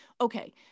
Okay